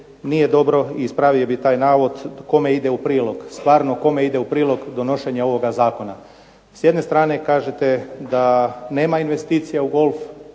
nije dobro i ispravio bih taj navod kome ide u prilog. Stvarno kome ide u prilog donošenje ovoga zakona? S jedne strane kažete da nema investicija u golf,